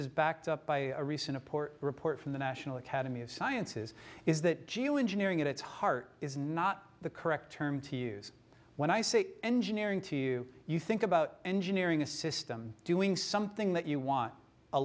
is backed up by a recent report report from the national academy of sciences is that geo engineering at its heart is not the correct term to use when i say engineering to you think about engineering a system doing something that you want a